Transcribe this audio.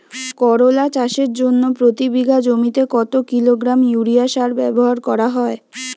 করলা চাষের জন্য প্রতি বিঘা জমিতে কত কিলোগ্রাম ইউরিয়া সার ব্যবহার করা হয়?